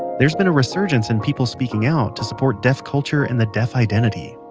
there's been a resurgence in people speaking out to support deaf culture and the deaf identity.